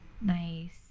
Nice